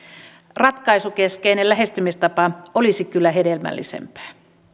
ratkaisukeskeinen lähestymistapa olisi kyllä hedelmällisempää